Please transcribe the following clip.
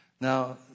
Now